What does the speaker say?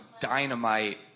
dynamite